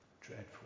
Dreadful